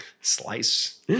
slice